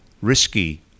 risky